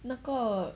那个